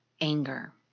anger